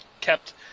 kept